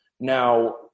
Now